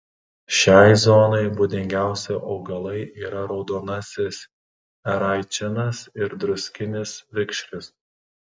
šiai zonai būdingiausi augalai yra raudonasis eraičinas ir druskinis vikšris